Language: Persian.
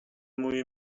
مویی